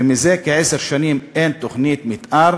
ומזה כעשר שנים אין תוכנית מתאר,